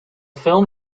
film